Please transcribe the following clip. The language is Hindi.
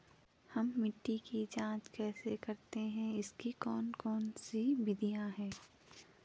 हम मिट्टी की जांच कैसे करते हैं इसकी कौन कौन सी विधियाँ है?